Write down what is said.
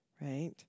Right